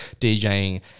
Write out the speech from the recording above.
DJing